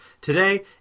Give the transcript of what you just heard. today